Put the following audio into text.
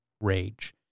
rage